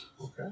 Okay